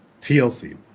TLC